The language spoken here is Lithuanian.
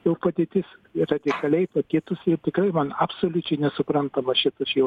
jau padėtis ir radikaliai pakitusi ir tikrai man absoliučiai nesuprantama šitas jo